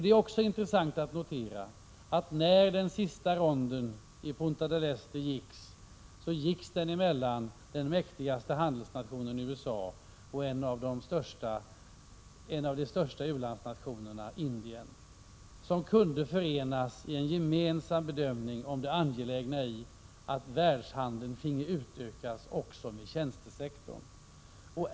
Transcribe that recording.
Det är också intressant att notera att den sista ronden i Punta del Este gick mellan den mäktigaste handelsnationen, USA, och en av de största u-landsnationerna, Indien. Dessa länder kunde förenas i en gemensam bedömning om det angelägna i att världshandeln finge utökas också med tjänstesektorn.